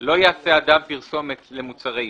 לא היינו בסיפור הזה כבר?